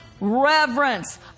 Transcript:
reverence